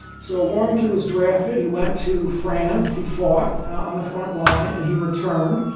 so warrington was drafted, he went to france. he fought on the front line and he returned,